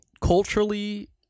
culturally